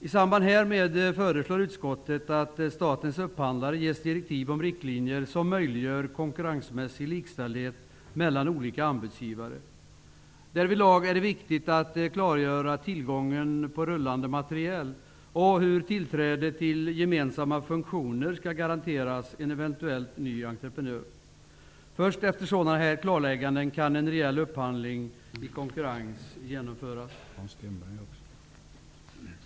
I samband härmed föreslår utskottet att statens upphandlare ges direktiv om riktlinjer som möjliggör konkurrensmässig likställdhet mellan olika anbudsgivare. Därvidlag är det viktigt att klargöra tillgången på rullande materiel och hur tillträde till gemensamma funktioner skall garanteras en eventuell ny entrepenör. Först efter sådana klarlägganden kan en reell upphandling i konkurrens genomföras.